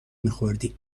میخوردیم